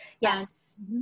Yes